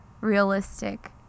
realistic